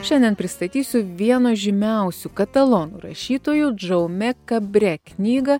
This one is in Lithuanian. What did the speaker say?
šiandien pristatysiu vieno žymiausių katalonų rašytojų džaumė kabrė knygą